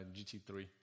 GT3